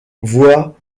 voit